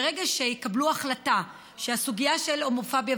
ברגע שיקבלו החלטה שהסוגיה של הומופוביה,